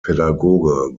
pädagoge